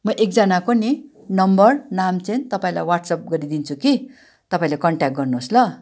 म एकजनाको नि नम्बर नाम चाहिँ तपाईँलाई वाट्सएप गरिदिन्छु कि तपाईँले कन्ट्याक्ट गर्नुहोस् ल